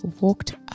walked